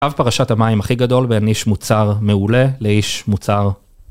קו פרשת המים הכי גדול בין איש מוצר מעולה לאיש מוצר.